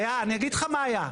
אגיד לך מה היה.